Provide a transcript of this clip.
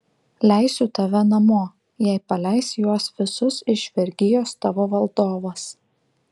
leisiu tave namo jei paleis juos visus iš vergijos tavo valdovas